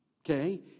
Okay